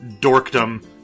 dorkdom